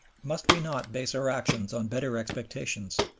must we not base our actions on better expectations,